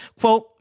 Quote